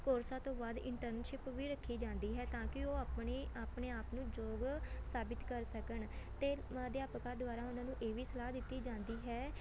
ਕੋਰਸਾਂ ਤੋਂ ਬਾਅਦ ਇੰਟਰਨਸ਼ਿਪ ਵੀ ਰੱਖੀ ਜਾਂਦੀ ਹੈ ਤਾਂ ਕਿ ਉਹ ਆਪਣੀ ਆਪਣੇ ਆਪ ਨੂੰ ਯੋਗ ਸਾਬਿਤ ਕਰ ਸਕਣ ਅਤੇ ਅਧਿਆਪਕਾਂ ਦੁਆਰਾ ਉਹਨਾਂ ਨੂੰ ਇਹ ਵੀ ਸਲਾਹ ਦਿੱਤੀ ਜਾਂਦੀ ਹੈ